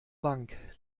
bank